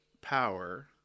power